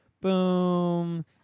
Boom